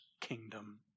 kingdom